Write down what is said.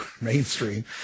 mainstream